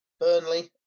Burnley